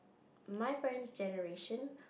my parent's generation